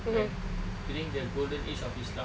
when meaning the golden age of islam